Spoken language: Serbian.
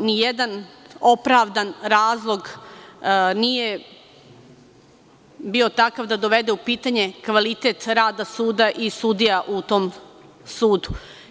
nijedan opravdan razlog nije bio takav da dovede u pitanje kvalitet rada suda i sudija u tom sudu.